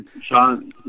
Sean